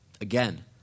Again